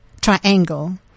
triangle